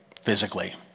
physically